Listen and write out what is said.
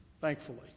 thankfully